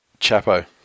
Chapo